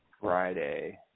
Friday